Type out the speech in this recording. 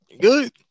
Good